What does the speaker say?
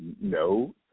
No